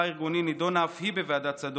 הארגוני נדונה אף היא בוועדת צדוק,